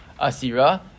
Asira